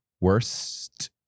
worst